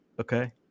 okay